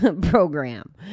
program